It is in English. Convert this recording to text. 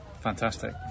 Fantastic